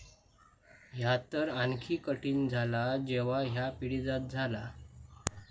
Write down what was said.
ह्या तर आणखी कठीण झाला जेव्हा ह्या पिढीजात झाला